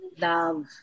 love